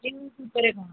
ଉପରେ